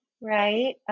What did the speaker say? Right